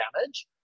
damage